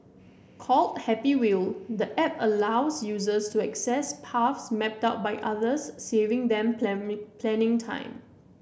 called Happy Wheel the app allows users to access paths mapped out by others saving them planning planning time